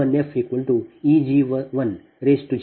ಆದ್ದರಿಂದ ಆ I1fEg10 V1f j0